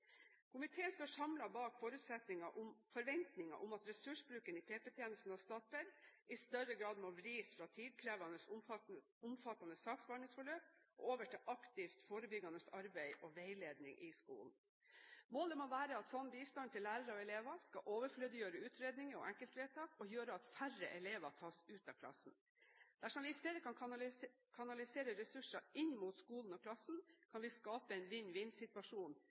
Komiteen står samlet bak forventningen om at ressursbruken i PP-tjenesten og Statped i større grad må vris fra tidkrevende og omfattende saksbehandlingsforløp og over til aktivt forebyggende arbeid og veiledning i skolen. Målet må være at slik bistand til lærere og elever skal overflødiggjøre utredninger og enkeltvedtak og gjøre at færre elever tas ut av klassen. Dersom vi i stedet kan kanalisere ressurser inn mot skolen og klassen, kan vi skape en